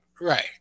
right